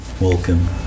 welcome